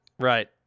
Right